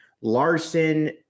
Larson